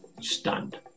stunned